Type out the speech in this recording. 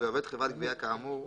ועובד חברת גבייה כאמור,